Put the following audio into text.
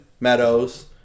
Meadows